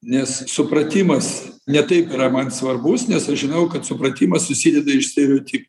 nes supratimas ne taip yra man svarbus nes aš žinau kad supratimas susideda iš stereotipų